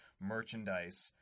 merchandise